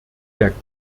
der